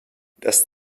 dass